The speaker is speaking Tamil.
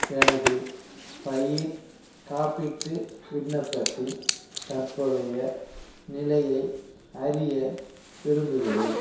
எனது பயிர் காப்பீட்டு விண்ணப்பத்தின் தற்போதைய நிலையை அறிய விரும்புகின்றேன்